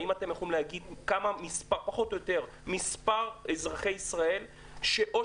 האם אתם יכולים להגיד פחות או יותר מספר אזרחי ישראל שאו